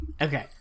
Okay